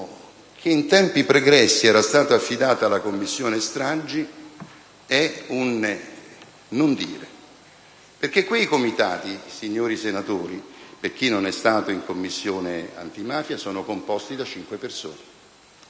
che in tempi pregressi era stato affidato alla Commissione stragi è un non dire. Infatti, quei Comitati, signori senatori, per chi non è stato in Commissione antimafia, sono composti da cinque persone,